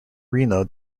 reno